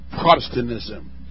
Protestantism